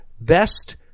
Best